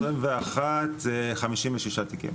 ב-2021 זה 56 תיקים.